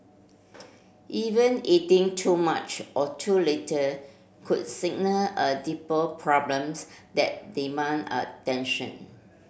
even eating too much or too little could signal a deeper problems that demand attention